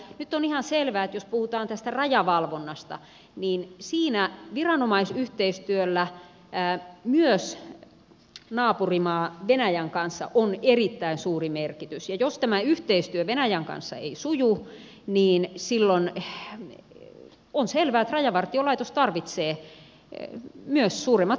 nyt on ihan selvää että jos puhutaan tästä rajavalvonnasta niin siinä viranomaisyhteistyöllä myös naapurimaa venäjän kanssa on erittäin suuri merkitys ja jos tämä yhteistyö venäjän kanssa ei suju niin silloin on selvää että rajavartiolaitos tarvitsee myös suuremmat resurssit